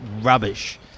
rubbish